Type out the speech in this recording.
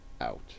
out